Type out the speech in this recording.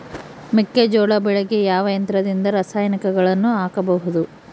ಮೆಕ್ಕೆಜೋಳ ಬೆಳೆಗೆ ಯಾವ ಯಂತ್ರದಿಂದ ರಾಸಾಯನಿಕಗಳನ್ನು ಹಾಕಬಹುದು?